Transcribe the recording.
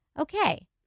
Okay